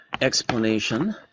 explanation